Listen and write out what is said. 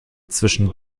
zwischen